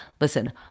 Listen